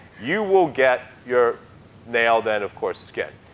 you will get your nail, then, of course, skin.